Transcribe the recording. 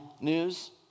news